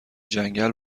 جنگل